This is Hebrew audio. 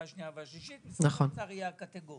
השנייה והשלישית אתם תהיו הסנגור ומשרד האוצר יהיה הקטגור.